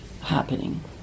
happening